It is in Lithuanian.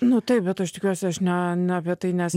nu taip bet aš tikiuosi aš ne na apie tai nes